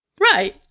Right